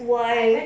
why